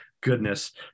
goodness